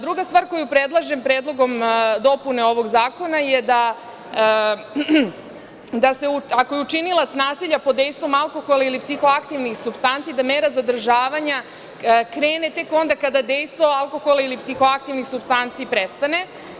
Druga stvar koju predlažem predlogom dopune ovog zakona je da ako je učinilac nasilja pod dejstvom alkohola ili psihoaktivnih supstanci, do mera zadržavanja krene tek onda kada dejstvo alkohola ili psihoaktivnih supstanci prestane.